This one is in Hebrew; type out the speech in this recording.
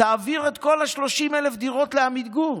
תעביר את כל 30,000 הדירות לעמיגור.